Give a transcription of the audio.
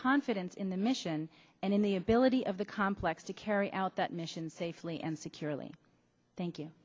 confidence in the mission and in the ability of the complex to carry out that mission safely and securely thank you